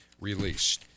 released